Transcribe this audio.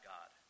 God